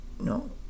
no